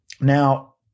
Now